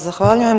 Zahvaljujem.